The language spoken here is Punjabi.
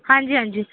ਹਾਂਜੀ ਹਾਂਜੀ